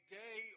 day